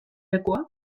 lekua